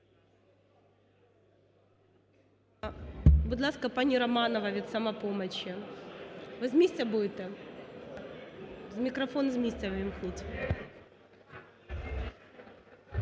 Будь ласка, пані Романова від "Самопомочі". Ви з місця будете? Мікрофон з місця увімкніть.